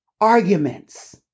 arguments